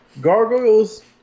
Gargoyles